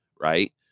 right